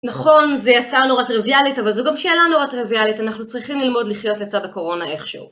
נכון, זה יצא נורא טריוויאלית אבל זו גם שאלה נורא טריוויאלית, אנחנו צריכים ללמוד לחיות לצד הקורונה איכשהו.